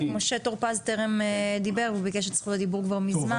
משה טור פז טרם דיבר והוא ביקש את זכות הדיבור מזמן.